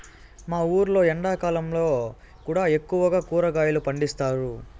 మా ఊర్లో ఎండాకాలంలో కూడా ఎక్కువగా కూరగాయలు పండిస్తారు